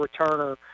returner